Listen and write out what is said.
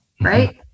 right